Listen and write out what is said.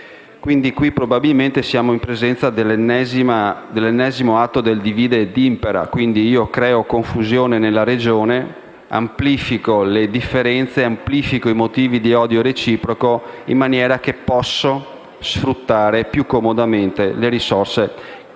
Qui probabilmente siamo in presenza dell'ennesimo atto di *divide et impera*: io creo confusione nella regione, amplifico le differenze e i motivi di odio reciproco in maniera da poter sfruttare più comodamente le risorse sia di materie